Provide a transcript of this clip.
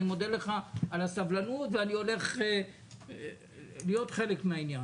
אני מודה לך על הסבלנות ואני הולך להיות חלק מהעניין.